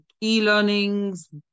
e-learnings